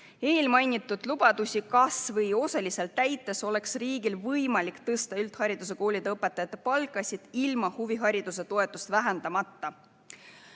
Neid lubadusi kas või osaliselt täites oleks riigil võimalik tõsta üldhariduskoolide õpetajate palka ilma huvihariduse toetust vähendamata.